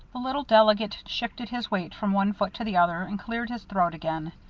the little delegate shifted his weight from one foot to the other and cleared his throat again.